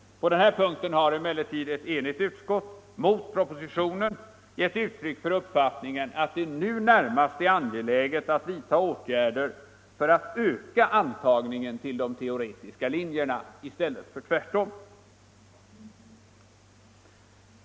På den här punkten har emellertid ett enigt utskott mot propositionen gett uttryck för uppfattningen att det nu närmast är angeläget att vidta åtgärder för att öka antagningen till de teoretiska linjerna, i stället för tvärtom.